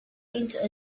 into